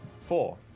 Four